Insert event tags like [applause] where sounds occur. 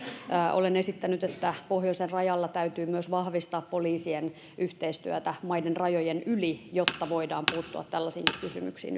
olen esittänyt että pohjoisen rajalla täytyy myös vahvistaa poliisien yhteistyötä maiden rajojen yli jotta voidaan puuttua tällaisiinkin kysymyksiin [unintelligible]